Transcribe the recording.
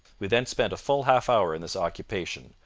we then spent a full half-hour in this occupation,